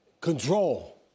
control